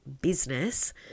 business